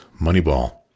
Moneyball